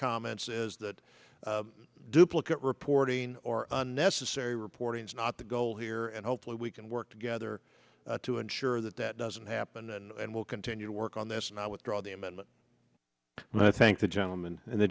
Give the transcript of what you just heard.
comments is that duplicate reporting or unnecessary reporting is not the goal here and hopefully we can work together to ensure that that doesn't happen and will continue to work on this and i withdraw the amendment and i thank the gentleman and the